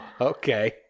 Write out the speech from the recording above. Okay